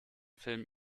film